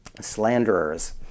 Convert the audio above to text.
Slanderers